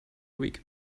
week